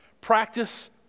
Practice